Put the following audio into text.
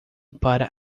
para